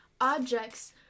objects